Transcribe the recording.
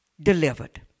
delivered